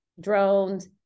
drones